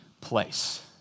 place